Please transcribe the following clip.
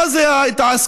מה זה ההתעסקות